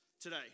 today